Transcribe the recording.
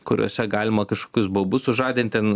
kuriose galima kažkokius baubus sužadint ten